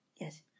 Yes